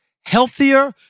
healthier